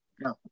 No